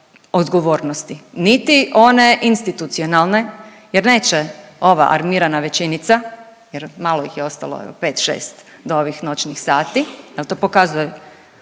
odgovornosti niti one institucionalne jer neće ova armirana većinica jer malo ih je ostalo 5-6 do ovih noćnih sati jel to pokazuje